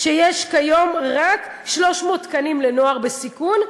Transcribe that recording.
שיש כיום רק 300 תקנים לנוער בסיכון,